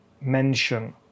mention